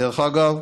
דרך אגב,